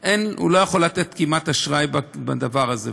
הוא כמעט לא יכול לתת אשראי בדבר הזה.